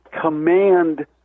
command